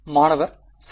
மாணவர் சரி